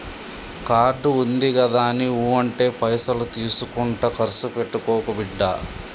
card ఉందిగదాని ఊ అంటే పైసలు తీసుకుంట కర్సు పెట్టుకోకు బిడ్డా